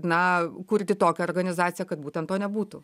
na kurti tokią organizaciją kad būtent to nebūtų